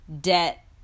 debt